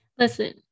Listen